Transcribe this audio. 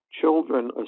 children